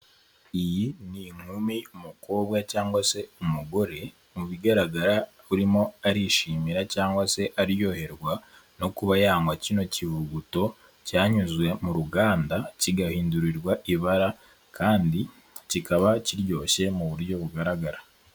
Iyi ni inkumi, umukobwa cyangwa se umugore, mu bigaragara urimo arishimira cyangwa se aryoherwa no kuba yanywa kino kiruguto cyanyuze mu ruganda, kigahindurirwa ibara kandi kikaba kiryoshye mu buryo bugaragara.